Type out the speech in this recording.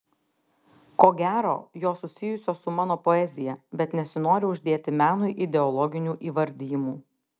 ko gero jos susijusios su mano poezija bet nesinori uždėti menui ideologinių įvardijimų